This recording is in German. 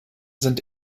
sind